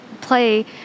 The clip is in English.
play